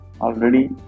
already